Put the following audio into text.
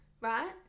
right